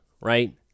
right